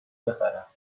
بخرم